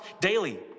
daily